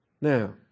Now